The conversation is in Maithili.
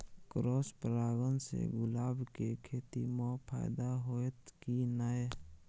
क्रॉस परागण से गुलाब के खेती म फायदा होयत की नय?